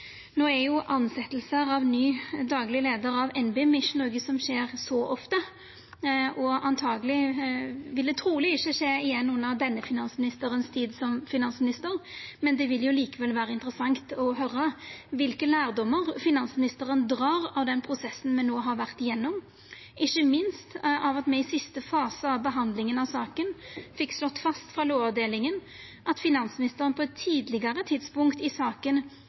No er tilsetjing av ny dagleg leiar av NBIM ikkje noko som skjer så ofte, og antakeleg vil det truleg ikkje skje igjen under denne finansministeren, men det vil likevel vera interessant å høyra kva lærdom finansministeren dreg av den prosessen me no har vore igjennom, ikkje minst av at me i siste fase av behandlinga av saka fekk slått fast frå Lovavdelinga at finansministeren på eit tidlegare tidspunkt i saka